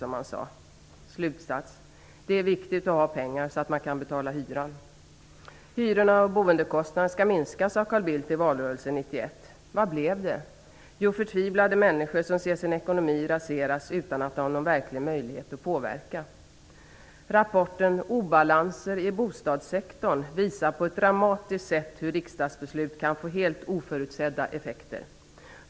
Slutsats: Det är viktigt att ha pengar så att man kan betala hyran. Hyror och boendekostnader skall minskas, sade Carl Bildt i valrörelsen 1991. Vad blev det? Jo, förtvivlade människor som ser sin ekonomi raseras utan att ha någon verklig möjlighet att påverka. ''Rapporten ''Obalanser i bostadssektorn' visar på ett dramatiskt sätt hur riksdagsbeslut kan få helt oförutsedda effekter.''